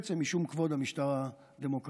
ובעצם משום כבוד המשטר הדמוקרטי